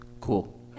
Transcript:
Cool